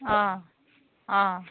অঁ অঁ